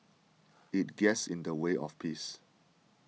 it gets in the way of peace